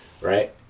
Right